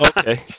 Okay